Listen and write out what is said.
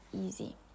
easy